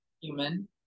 human